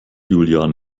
juliane